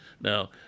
Now